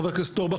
חבר הכנסת אורבך,